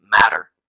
matter